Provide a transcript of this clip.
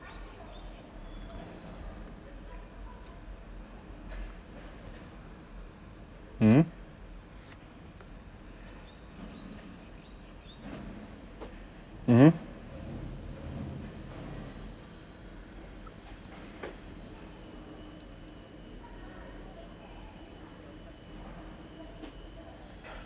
mmhmm mmhmm